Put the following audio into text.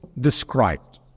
described